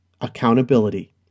Accountability